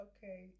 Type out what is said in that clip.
Okay